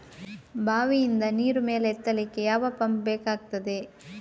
ಬಾವಿಯಿಂದ ನೀರು ಮೇಲೆ ಎತ್ತಲಿಕ್ಕೆ ಯಾವ ಪಂಪ್ ಬೇಕಗ್ತಾದೆ?